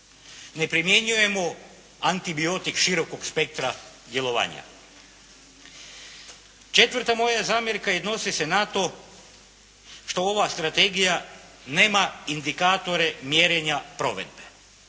ne primjenjujemo antibiotik širokog spektra djelovanja. Četvrta moja zamjerka odnosi se na to što ova strategija nema indikatore mjerenja provedbe.